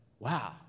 Wow